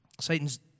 Satan's